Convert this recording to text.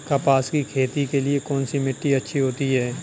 कपास की खेती के लिए कौन सी मिट्टी अच्छी होती है?